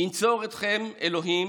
ינצור אתכם אלוהים.